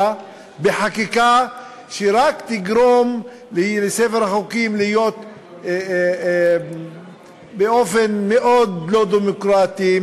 בחקיקה שרק תגרום לספר החוקים להיות מאוד לא דמוקרטי,